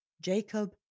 Jacob